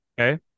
Okay